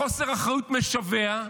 בחוסר אחריות משווע,